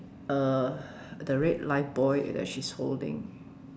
uh the red lifebuoy that she's holding